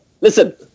Listen